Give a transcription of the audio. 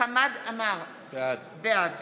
חמד עמאר, בעד